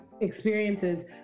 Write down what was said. experiences